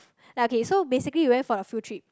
like okay so basically we went for a field trip